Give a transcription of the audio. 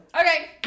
Okay